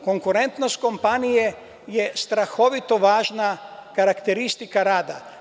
Konkurentnost kompanije je strahovito važna karakteristika rada.